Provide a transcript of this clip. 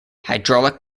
hydraulic